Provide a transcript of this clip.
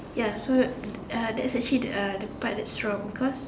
ya so uh that's actually the uh the part that's wrong because